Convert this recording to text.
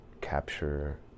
capture